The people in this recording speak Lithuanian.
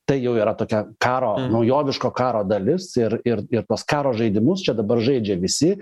tai jau yra tokia karo naujoviško karo dalis ir ir tuos karo žaidimus čia dabar žaidžia visi